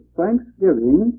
thanksgiving